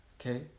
okay